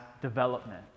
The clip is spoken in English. development